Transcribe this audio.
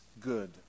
good